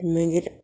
मागीर